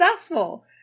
successful